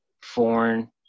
foreign